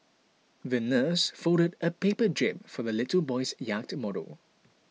the nurse folded a paper jib for the little boy's yacht model